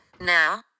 now